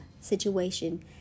situation